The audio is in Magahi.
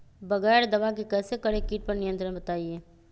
बगैर दवा के कैसे करें कीट पर नियंत्रण बताइए?